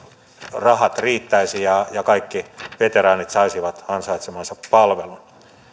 rahat riittäisivät ja ja kaikki veteraanit saisivat ansaitsemansa palvelun